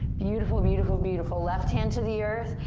beautiful, beautiful, beautiful. left hand to the earth.